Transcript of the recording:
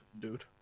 Dude